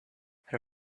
her